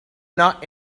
not